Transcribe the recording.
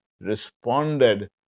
responded